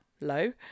low